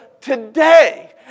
today